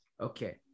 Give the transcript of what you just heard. Okay